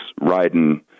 riding